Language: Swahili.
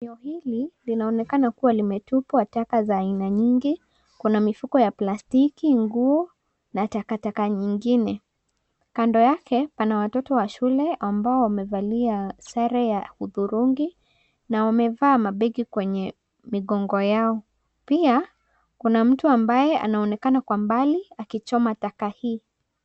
Eneo hili linaonekana kuwa limetupwa taka za aina nyingi. Kuna mifuko ya plastiki, nguo na takataka nyingine. Kando yake pana watoto wa shule ambao wamevalia sare ya hudhurungi na wamevaa mabegi kwenye migongo yao. Pia kuna mtu ambaye anaonekana kwa mbali akichoma taka hii.